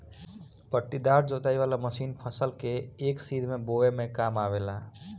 पट्टीदार जोताई वाला मशीन फसल के एक सीध में बोवे में काम आवेला